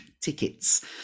tickets